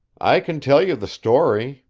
i can tell you the story,